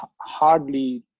hardly